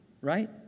right